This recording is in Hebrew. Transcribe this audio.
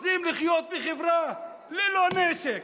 רוצים לחיות בחברה ללא נשק.